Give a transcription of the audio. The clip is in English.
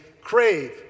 crave